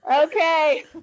Okay